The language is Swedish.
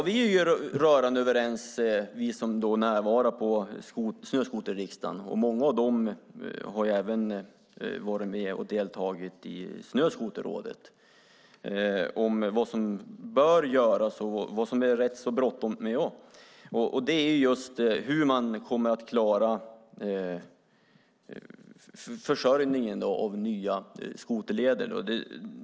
Vi som närvarade på Snöskoterriksdagen - många av dem har även varit i väg och deltagit i Snöskoterrådet - är rörande överens om vad som bör göras och vad det är ganska bråttom med, och det är just hur man kommer att klara försörjningen av nya skoterleder.